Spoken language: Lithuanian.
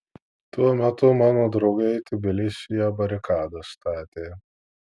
tuo metu mano draugai tbilisyje barikadas statė